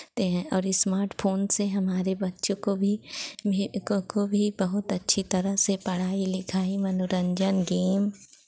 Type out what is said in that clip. ते हैं और स्मार्टफोन से हमारे बच्चों को भी भी को को भी बहुत अच्छी तरह से पढ़ाई लिखाई मनोरंजन गेम